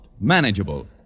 manageable